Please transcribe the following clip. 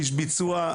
איש ביצוע,